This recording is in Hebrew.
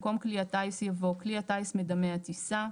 במקום "כלי הטיס" יבוא "כלי הטיס מדמה הטיסה".